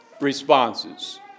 responses